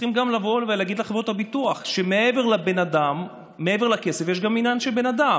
צריכים גם לבוא ולהגיד לחברות הביטוח שמעבר לכסף יש גם עניין של בן אדם.